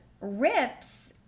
RIPs